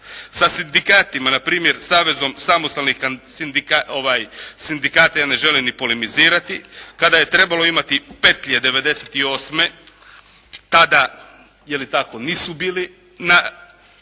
Sa sindikatima na primjer Savezom samostalnih sindikata ja ne želim ni polemizirati, kada je trebalo imati petlje '98. tada je li tako